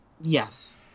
yes